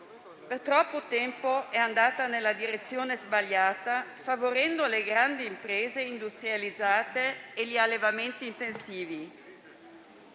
per troppo tempo è andata nella direzione sbagliata, favorendo le grandi imprese industrializzate e gli allevamenti intensivi.